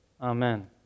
Amen